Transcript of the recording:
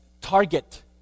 target